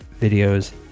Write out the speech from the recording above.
videos